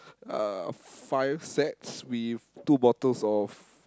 uh five sets with two bottles of